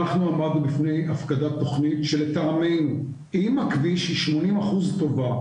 אנחנו עמדנו בפני הפקדת תכנית שלטעמנו עם הכביש היא 80% טובה,